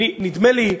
נדמה לי,